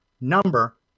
number